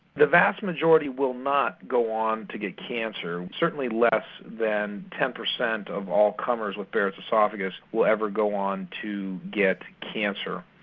the vast majority will not go on to get cancer certainly less than ten percent of all comers with barrett's oesophagus will ever go on to get cancer.